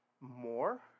more